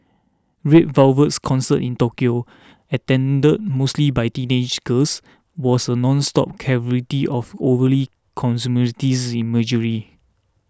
Red Velvet's concert in Tokyo attended mostly by teenage girls was a nonstop cavalcade of overtly consumerist imagery